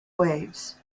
waves